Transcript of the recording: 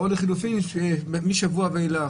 או לחילופין, משבוע ואילך.